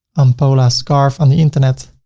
amapola scarf on the internet,